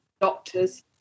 doctors